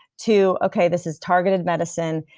to okay, this is targeted medicine,